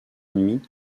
demie